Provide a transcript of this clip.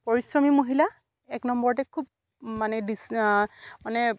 পৰিশ্ৰমী মহিলা এক নম্বৰতে খুব মানে